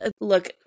look